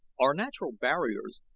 our natural barriers,